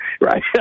Right